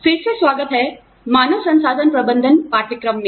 फिर से स्वागत है मानव संसाधन प्रबंधन पाठ्यक्रम में